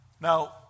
Now